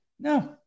no